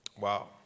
Wow